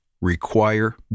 require